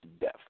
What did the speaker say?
death